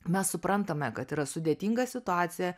mes suprantame kad yra sudėtinga situacija